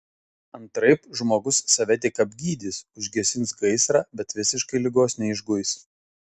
antraip žmogus save tik apgydys užgesins gaisrą bet visiškai ligos neišguis